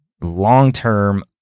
long-term